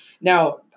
now